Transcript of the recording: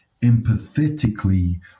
empathetically